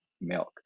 milk